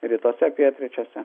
rytuose pietryčiuose